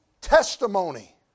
testimony